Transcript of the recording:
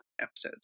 episodes